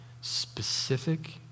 specific